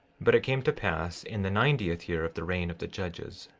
but it came to pass in the ninetieth year of the reign of the judges,